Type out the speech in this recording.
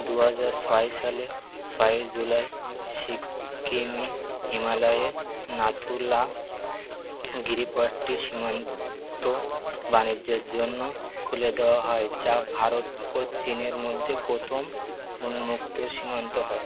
দু হাজার ছয় সালে ছয়েই জুলাই সিকিমি হিমালয়ে নাথুলা গিরিপথটি সীমান্ত বাণিজ্যর জন্য খুলে দেওয়া হয় যা ভারত ও চীনের মধ্যে প্রথম উন্মুক্ত সীমান্ত হয়